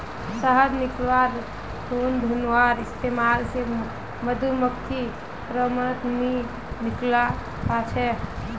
शहद निकाल्वार खुना धुंआर इस्तेमाल से मधुमाखी फेरोमोन नि निक्लुआ पाछे